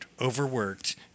overworked